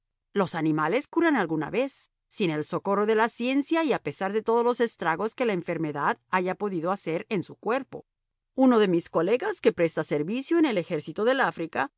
los animales curan alguna vez sin el socorro de la ciencia y a pesar de todos los estragos que la enfermedad haya podido hacer en su cuerpo uno de mis colegas que presta servicio en el ejército del africa